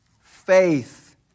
faith